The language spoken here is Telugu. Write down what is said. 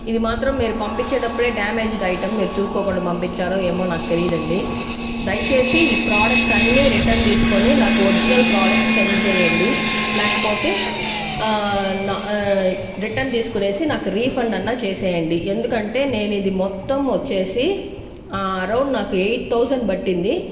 ఇది మాత్రం మీరు పంపించేటప్పుడే డామేజ్డ్ ఐటమ్ మీరు చూసుకోకుండా పంపించారు ఏమో నాకు తెలియదండి దయచేసి ఈ ప్రోడక్ట్స్ అన్ని రిటర్న్ తీసుకొని నాకు ఒరిజినల్ ప్రొడక్ట్స్ సెండ్ చేయండి లేకపోతే రిటర్న్ తీసుకునేసి నాకు రిఫండ్ అయినా చేసేయండి ఎందుకంటే నేను ఇది మొత్తం వచ్చేసి అరౌండ్ నాకు ఎయిట్ థౌసండ్ పట్టింది